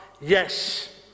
Yes